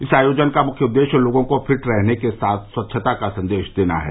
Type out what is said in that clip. इस आयोजन का मुख्य उद्देश्य लोगों को फिट रहने के साथ स्वच्छता का संदेश देना है